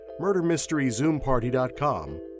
murdermysteryzoomparty.com